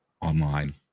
online